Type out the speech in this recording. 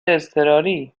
اضطراری